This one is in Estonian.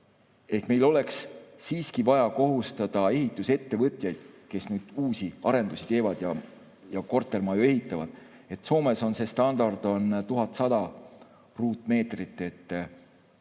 Meil oleks siiski vaja kohustada ehitusettevõtjaid, kes uusi arendusi teevad ja kortermaju ehitavad. Soomes on standard 1100 ruutmeetrit, sel